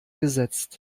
gesetzt